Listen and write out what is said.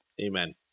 Amen